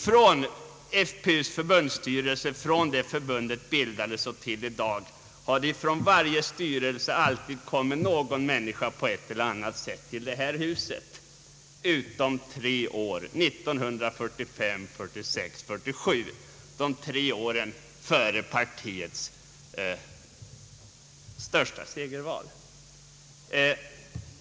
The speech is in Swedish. Från det att Folkpartiets ungdomsförbund bildades och fram till i dag har från varje förbundsstyrelse alltid på ett eller annat sätt kommit någon person till detta hus, utom under de tre åren 1945, 1946 och 1947 — de tre åren före partiets största segerval.